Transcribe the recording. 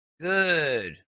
good